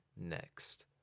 next